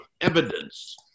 evidence